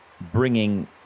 bringing